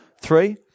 Three